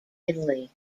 italy